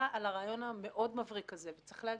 על הרעיון המאוד מבריק הזה וצריך להגיד,